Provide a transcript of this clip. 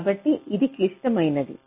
కాబట్టి ఇది క్లిష్టమైనది